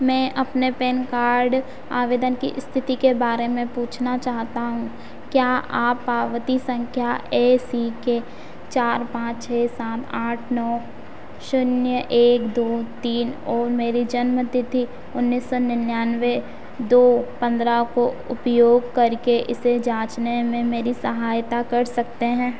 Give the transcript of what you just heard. मैं अपने PAN card आवेदन की स्थिति के बारे में पूछना चाहता हूँ क्या आप पावती संख्या ए सी के चार पाँच छह सात आठ नौ शून्य एक दो तीन और मेरी जन्म तिथि उन्नीस सौ निनानवे दो पंद्रह को उपयोग करके इसे जाँचने में मेरी सहायता कर सकते हैं